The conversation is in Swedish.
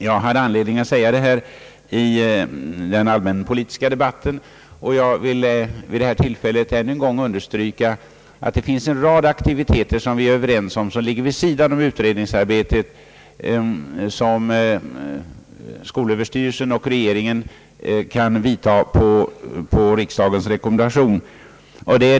Jag hade anledning att säga det i den allmänpolitiska debatten, och jag vill vid det här tillfället ännu en gång un derstryka att det finns en rad åtgärder, som vi är överens om, som ligger vid sidan av utredningsarbetet och som skolöverstyrelsen och regeringen kan vidta på riksdagens rekommendation.